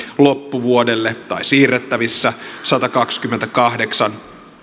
loppuvuodelle tai siirrettävissä satakaksikymmentäkahdeksan